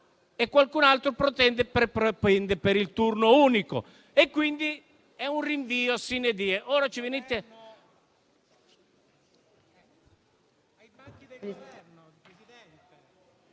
e qualcun altro propende per il turno unico e quindi è un rinvio *sine die*.